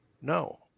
No